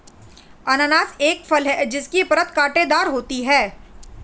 अनन्नास एक फल है जिसकी परत कांटेदार होती है